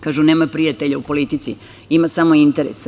Kažu – nema prijatelja u politici, ima samo interesa.